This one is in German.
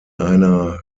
einer